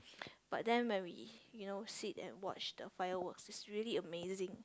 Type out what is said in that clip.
but then when we you know sit and watch the fireworks it's really amazing